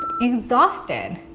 exhausted